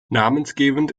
namensgebend